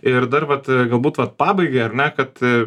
ir dar vat galbūt vat pabaigai ar ne kad